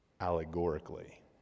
allegorically